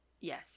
yes